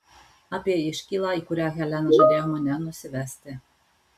apie iškylą į kurią helena žadėjo mane nusivesti